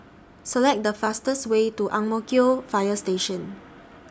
Select The fastest Way to Ang Mo Kio Fire Station